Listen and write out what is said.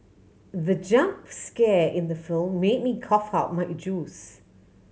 the jump scare in the film made me cough out my juice